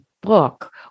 book